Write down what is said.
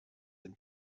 dem